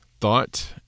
Thought